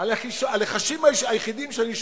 הלחשים היחידים שאני שומע: